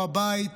הבית,